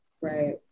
Right